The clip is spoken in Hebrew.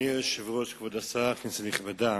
אדוני היושב-ראש, כבוד השר, כנסת נכבדה,